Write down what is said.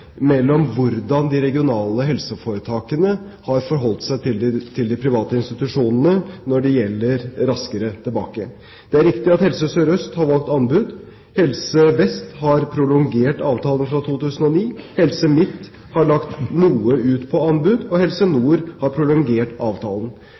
hvordan de regionale helseforetakene har forholdt seg til de private institusjonene når det gjelder Raskere tilbake. Det er riktig at Helse Sør-Øst har valgt anbud. Helse Vest har prolongert avtalen fra 2009. Helse Midt-Norge har lagt noe ut på anbud, og Helse